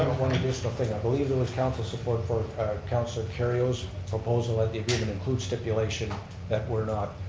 one additional thing. i believe there was council support for councillor kerrio's proposal that the agreement includes stipulation that we're not,